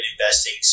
investing